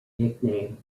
nickname